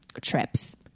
trips